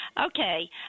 okay